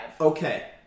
okay